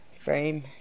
frame